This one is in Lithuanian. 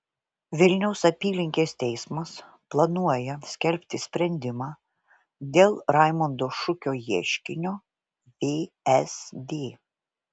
vilniaus apylinkės teismas planuoja skelbti sprendimą dėl raimondo šukio ieškinio vsd